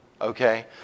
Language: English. Okay